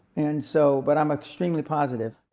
and so, but i'm extremely positive.